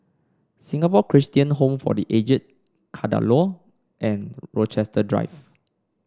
Singapore Christian Home for The Aged Kadaloor and Rochester Drive